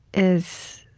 is